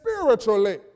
spiritually